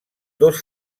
dos